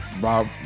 Bob